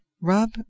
rub